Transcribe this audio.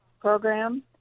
program